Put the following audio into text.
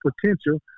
potential